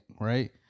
right